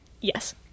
Yes